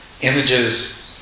Images